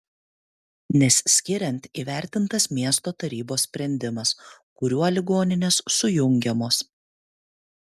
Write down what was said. nes skiriant įvertintas miesto tarybos sprendimas kuriuo ligoninės sujungiamos